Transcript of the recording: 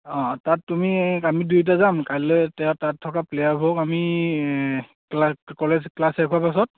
অঁ তাত তুমি আমি দুয়োটা যাম কাইলৈ এতিয়া তাত থকা প্লেয়াৰ বোৰক আমি কলেজ ক্লাছ শেষ হোৱাৰ পাছত